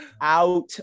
out